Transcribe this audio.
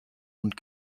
und